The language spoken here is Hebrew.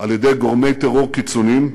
על-ידי גורמי טרור קיצוניים